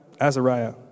Azariah